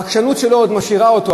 העקשנות שלו עוד משאירה אותו,